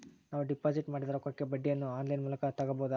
ನಾವು ಡಿಪಾಜಿಟ್ ಮಾಡಿದ ರೊಕ್ಕಕ್ಕೆ ಬಡ್ಡಿಯನ್ನ ಆನ್ ಲೈನ್ ಮೂಲಕ ತಗಬಹುದಾ?